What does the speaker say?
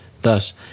Thus